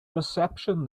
reception